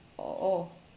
oh